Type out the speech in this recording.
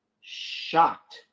shocked